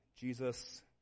Jesus